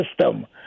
system